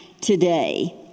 today